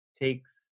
takes